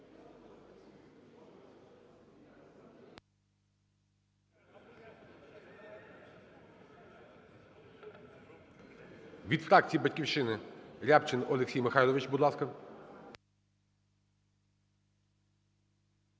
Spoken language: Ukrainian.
Від фракції "Батьківщина" Рябчин Олексій Михайлович. Будь ласка.